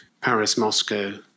Paris-Moscow